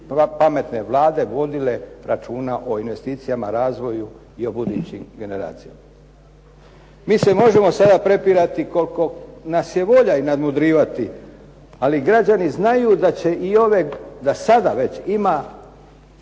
pametne vlade vodile računa o investicijama, razvoju i o budućim generacijama. Mi se možemo sada prepirati koliko nas je volja i nadmudrivati ali građani znaju da sada već ima,